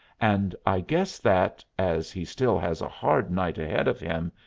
and i guess that, as he still has a hard night ahead of him,